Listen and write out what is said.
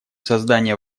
создание